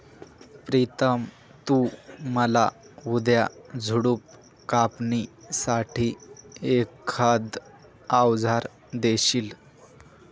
प्रितम तु मला उद्या झुडप कापणी साठी एखाद अवजार देशील?